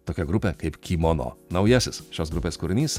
tokia grupė kaip kimono naujasis šios grupės kūrinys